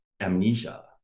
amnesia